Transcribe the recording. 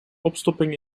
opstopping